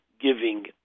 giving